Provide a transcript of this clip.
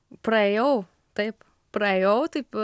praėjau taip praėjau taip